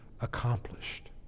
accomplished